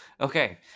Okay